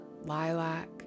lilac